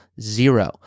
zero